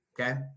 okay